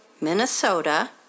Minnesota